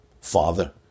Father